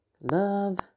Love